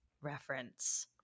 reference